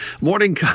Morning